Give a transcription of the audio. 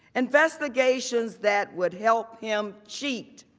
investigations that would help him cheat